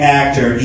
actor